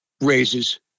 raises